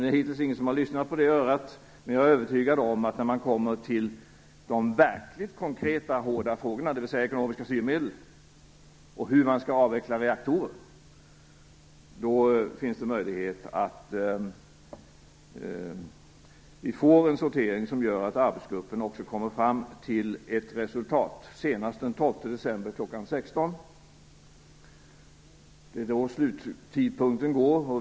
Det är hittills ingen som har lyssnat på det örat, men jag är övertygad om att det när man kommer till de verkligt konkreta och hårda frågorna, dvs. till ekonomiska styrmedel och hur man skall avveckla reaktorer, finns möjlighet till en sortering som gör att arbetsgruppen kommer fram till ett resultat. Sluttidpunkten är den 12 december kl. 16.00.